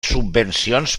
subvencions